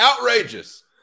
Outrageous